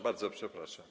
Bardzo przepraszam.